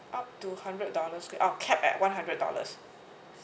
up to hundred dollars oh capped at one hundred dollars